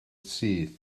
syth